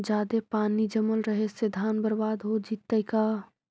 जादे पानी जमल रहे से धान बर्बाद हो जितै का?